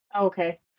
Okay